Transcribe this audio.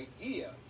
idea